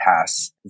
pass